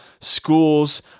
schools